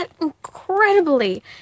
incredibly